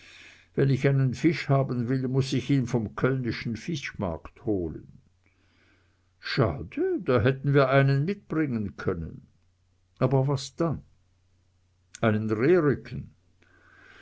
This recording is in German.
wenn ich einen fisch haben will muß ich ihn vom köllnischen fischmarkt holen schade da hätten wir einen mitbringen können aber was dann einen rehrücken